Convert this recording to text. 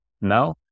Now